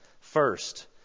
First